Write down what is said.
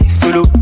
solo